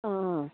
অঁ অঁ